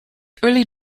early